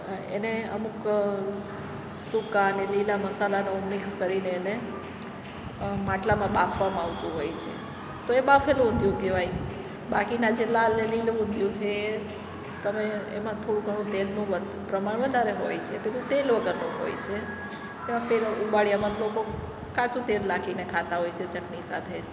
એને અમુક સૂકા અને લીલા મસાલાનો મિક્સ કરીને એને માટલામાં બાફવામાં આવતું હોય છે તો એ બાફેલું ઊંધિયું કહેવાય બાકીનાં જે લાલ ને લીલું ઊંધિયું છે એ તમે એમાં થોડું ઘણું તેલનું પ્રમાણ વધારે હોય છે પેલું તેલ વગરનું હોય છે એમાં પેલા ઊંબાળિયામાં લોકો કાચું તેલ નાખીને ખાતા હોય છે ચટણી સાથે